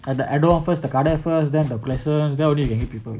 the annual first then the carder first then the license then only can get people